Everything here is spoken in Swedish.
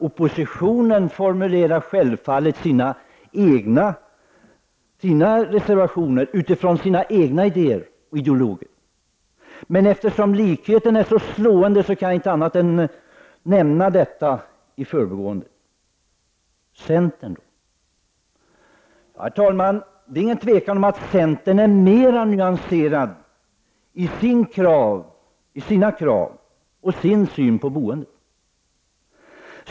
Oppositionen formulerar självfallet sina reservationer utifrån sina egna idéer och ideologier. Men eftersom likheten är så slående kan jag inte annat än nämna detta i förbigående. Centern är mera nyanserad i sina krav och sin syn på boendet.